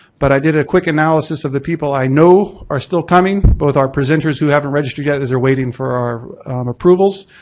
but i did a quick analysis of the people i know are still coming, both are presenters who haven't registered yet as they're waiting for our approvals,